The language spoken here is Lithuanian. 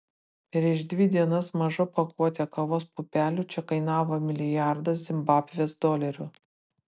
prieš dvi dienas maža pakuotė kavos pupelių čia kainavo milijardą zimbabvės dolerių